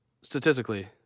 statistically